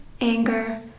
anger